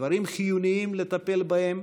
דברים חיוניים לטפל בהם,